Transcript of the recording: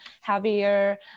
heavier